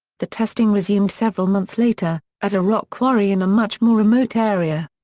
the testing resumed several months later, at a rock quarry in a much more remote area.